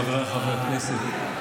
חבריי חברי הכנסת,